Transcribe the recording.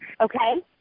Okay